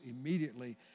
immediately